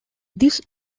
this